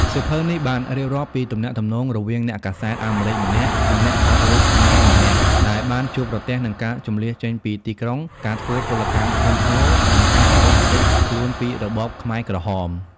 សៀវភៅនេះបានរៀបរាប់ពីទំនាក់ទំនងរវាងអ្នកកាសែតអាមេរិកម្នាក់ និងអ្នកថតរូបខ្មែរម្នាក់ ដែលបានជួបប្រទះនឹងការជម្លៀសចេញពីទីក្រុង ការធ្វើពលកម្មធ្ងន់ធ្ងរ និងការរត់គេចខ្លួនពីរបបខ្មែរក្រហម។